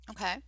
Okay